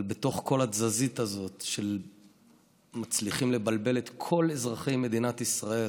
אבל בתוך כל התזזית הזאת שמצליחים לבלבל בה את כל אזרחי מדינת ישראל,